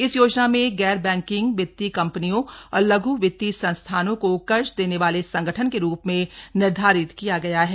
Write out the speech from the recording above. इस योजना में गैर बैं कि ग वि त्ती य क म्प नि यों औ र ल घ वि त्ती य सं स्था नों को कर्ज देने वाले संगठन के रूप में निर्धारित किया गया है